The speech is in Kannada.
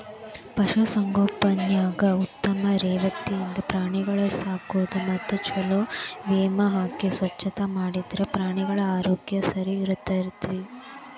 ಪಶು ಸಂಗೋಪನ್ಯಾಗ ಉತ್ತಮ ರೇತಿಯಿಂದ ಪ್ರಾಣಿಗಳ ಸಾಕೋದು ಮತ್ತ ಚೊಲೋ ಮೇವ್ ಹಾಕಿ ಸ್ವಚ್ಛತಾ ಮಾಡಿದ್ರ ಪ್ರಾಣಿಗಳ ಆರೋಗ್ಯ ಸರಿಇರ್ತೇತಿ